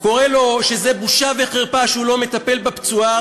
קורא לו שזאת בושה וחרפה שהוא לא מטפל בפצועה,